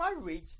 marriage